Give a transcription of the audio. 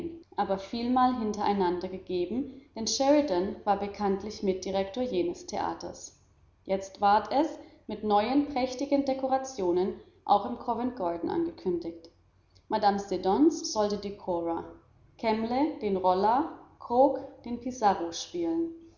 aber vielmal hintereinander gegeben denn sheridan war bekanntlich mitdirektor jenes theaters jetzt ward es mit neuen prächtigen dekorationen auch im covent garden angekündigt mme siddons sollte die cora kemble den rolla cooke den pizarro